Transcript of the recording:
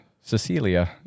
Cecilia